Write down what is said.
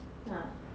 !wah!